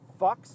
fucks